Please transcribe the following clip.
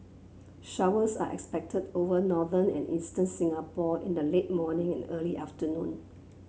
showers are expected over northern and eastern Singapore in the late morning and early afternoon